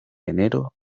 enero